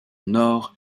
nord